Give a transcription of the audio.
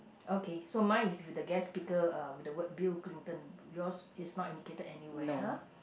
okay so mine is with the guest speaker uh with the word Bill-Clinton yours is not indicated anywhere [huh]